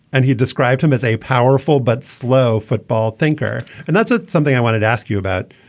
and he described him as a powerful but slow football thinker. and that's something i wanted to ask you about.